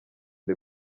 the